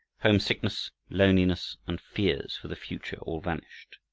homesickness, loneliness, and fears for the future all vanished.